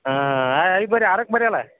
ಹಾಂ ಐದು ಬರ್ರಿ ಆರಕ್ಕೆ ಬರ್ರಿ ಅಲ್ಲಾ